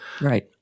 Right